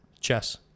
Chess